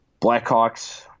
Blackhawks